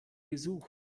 gesucht